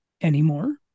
anymore